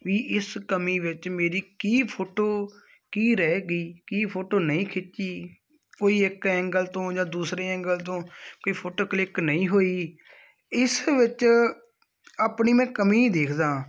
ਵੀ ਇਸ ਕਮੀ ਵਿੱਚ ਮੇਰੀ ਕੀ ਫੋਟੋ ਕੀ ਰਹਿ ਗਈ ਕੀ ਫੋਟੋ ਨਹੀਂ ਖਿੱਚੀ ਕੋਈ ਇੱਕ ਐਂਗਲ ਤੋਂ ਜਾਂ ਦੂਸਰੇ ਐਂਗਲ ਤੋਂ ਕੋਈ ਫੋਟੋ ਕਲਿੱਕ ਨਹੀਂ ਹੋਈ ਇਸ ਵਿੱਚ ਆਪਣੀ ਮੈਂ ਕਮੀ ਦੇਖਦਾ